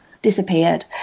disappeared